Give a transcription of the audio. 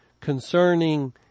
concerning